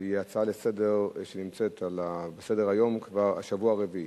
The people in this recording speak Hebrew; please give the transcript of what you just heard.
והיא הצעה לסדר שנמצאת על סדר-היום כבר השבוע הרביעי.